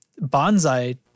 bonsai